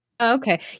okay